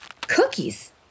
Cookies